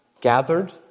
gathered